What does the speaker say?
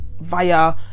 via